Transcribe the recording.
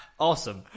Awesome